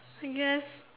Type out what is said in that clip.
I guess